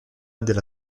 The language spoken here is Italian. della